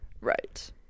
Right